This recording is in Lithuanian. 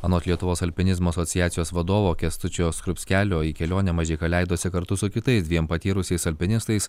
anot lietuvos alpinizmo asociacijos vadovo kęstučio skrupskelio į kelionę mažeika leidosi kartu su kitais dviem patyrusiais alpinistais